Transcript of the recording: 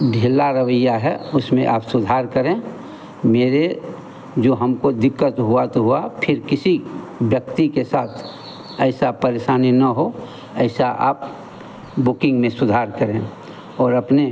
ढेला रवइया है इसमें आप सुधार करें मेरे जो हमको दिक्कत हुई तो हुई फ़िर किसी व्यक्ति के साथ ऐसी परेशानी न हो ऐसा आप बुकिंग में सुधार करें और अपने